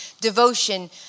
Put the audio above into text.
devotion